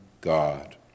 God